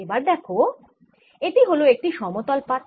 এবার দেখো এটি হল একটি সমতল পাত